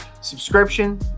subscription